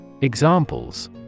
Examples